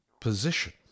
position